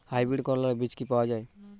Hybrid করলার বীজ কি পাওয়া যায়?